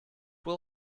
will